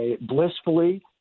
Blissfully